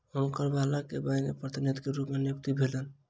हुनकर बालक के बैंक प्रतिनिधि के रूप में नियुक्ति भेलैन